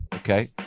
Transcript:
Okay